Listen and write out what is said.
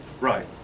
Right